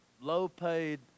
low-paid